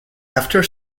after